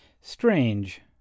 Strange